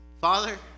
Father